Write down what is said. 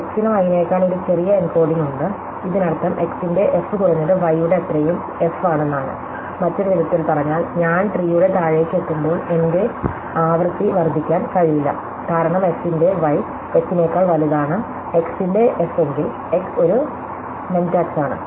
X ന് y നേകാൾ ഒരു ചെറിയ എൻകോഡിംഗ് ഉണ്ട് ഇതിനർത്ഥം x ന്റെ f കുറഞ്ഞത് y യുടെ അത്രയും f ആണെന്നാണ് മറ്റൊരു വിധത്തിൽ പറഞ്ഞാൽ ഞാൻ ട്രീയുടെ താഴേക്കു എത്തുമ്പോൾ എന്റെ ആവൃത്തി വർദ്ധിക്കാൻ കഴിയില്ല കാരണം f ന്റെ y f നെക്കാൾ വലുതാണ് x ന്റെ f എങ്കിൽ x ഒരു മെന്റാക്സ് ആണ്